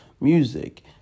music